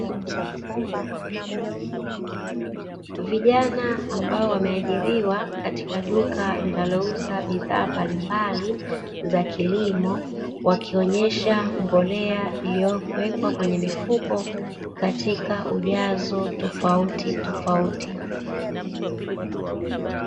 Vijana ambao wameajiriwa katika duka linalouza bidhaa mbalimbali za kilimo, wakionyesha mbolea iliyowekwa kwenye mifuko katika ujazo tofautitofauti.